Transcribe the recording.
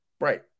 Right